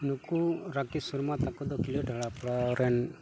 ᱱᱩᱠᱩ ᱨᱟᱠᱮᱥ ᱥᱚᱨᱢᱟ ᱛᱟᱠᱚ ᱫᱚ ᱠᱤᱞᱟᱹᱲᱟ ᱯᱟᱲᱟᱣ ᱨᱮᱱ